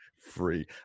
Free